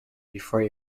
before